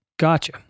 Gotcha